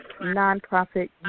Nonprofit